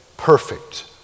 Perfect